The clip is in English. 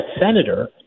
senator